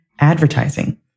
advertising